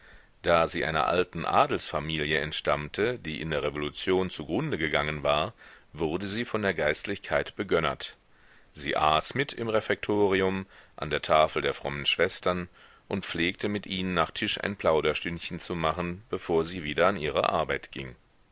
da sie einer alten adelsfamilie entstammte die in der revolution zugrunde gegangen war wurde sie von der geistlichkeit begönnert sie aß mit im refektorium an der tafel der frommen schwestern und pflegte mit ihnen nach tisch ein plauderstündchen zu machen bevor sie wieder an ihre arbeit ging